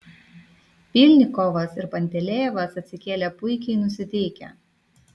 pylnikovas ir pantelejevas atsikėlė puikiai nusiteikę